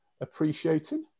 appreciating